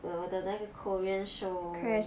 我的那个 korean show